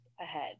ahead